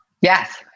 yes